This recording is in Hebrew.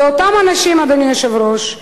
זה אותם האנשים, אדוני היושב-ראש,